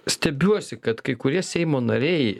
stebiuosi kad kai kurie seimo nariai